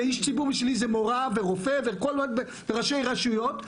ואיש ציבור בשבילי זה מורה ורופא וראשי רשויות,